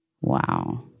Wow